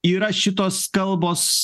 yra šitos kalbos